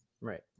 Right